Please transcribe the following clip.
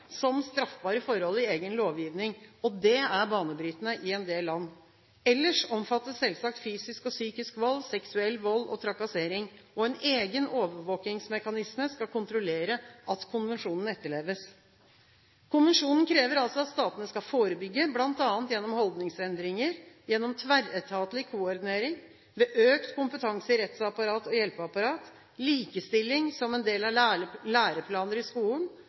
som straffbare forhold i egen lovgivning, og det er banebrytende i en del land. Ellers omfattes selvsagt fysisk og psykisk vold, seksuell vold og trakassering. En egen overvåkingsmekanisme skal kontrollere at konvensjonen etterleves. Konvensjonen krever altså at statene skal forebygge, bl.a. gjennom holdningsendringer, gjennom tverretatlig koordinering, ved økt kompetanse i rettsapparat og hjelpeapparat, likestilling som del av læreplaner i skolen,